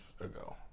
ago